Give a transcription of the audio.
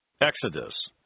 Exodus